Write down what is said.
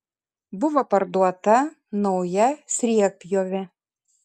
buvo parduota nauja sriegpjovė